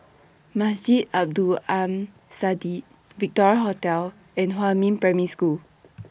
Masjid Abdul Aleem Siddique Victoria Hotel and Huamin Primary School